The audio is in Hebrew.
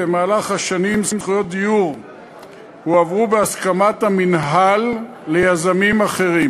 במהלך השנים הועברו זכויות דיור בהסכמת המינהל ליזמים אחרים.